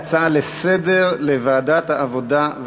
להצעה לסדר-היום ולהעביר את הנושא לוועדת העבודה,